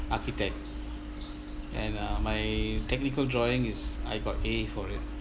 architect and uh my technical drawing is I got A for it